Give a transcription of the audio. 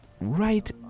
right